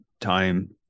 time